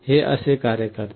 हे असे कार्य करते